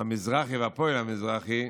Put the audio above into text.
המזרחי והפועל המזרחי,